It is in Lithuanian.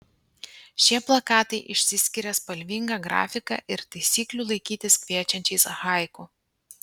šie plakatai išsiskiria spalvinga grafika ir taisyklių laikytis kviečiančiais haiku